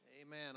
amen